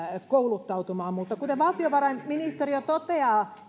kouluttautumaan mutta kuten valtiovarainministeriö toteaa